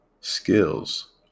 skills